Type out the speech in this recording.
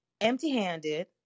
empty-handed